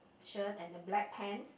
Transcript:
shirt and a black pants